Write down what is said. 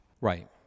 Right